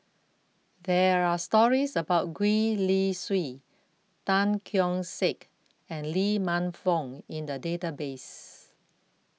there are stories about Gwee Li Sui Tan Keong Saik and Lee Man Fong in the database